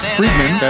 Friedman